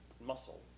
muscle